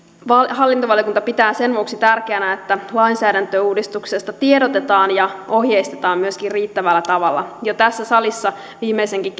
hallintovaliokunta pitää sen vuoksi tärkeänä että lainsäädäntöuudistuksesta tiedotetaan ja ohjeistetaan myöskin riittävällä tavalla jo tässä salissa viimeisenkin